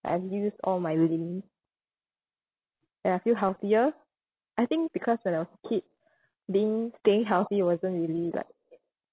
I've used all my and I feel healthier I think because when I was a kid being staying healthy wasn't really like